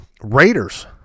Raiders